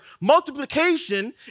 multiplication